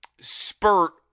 spurt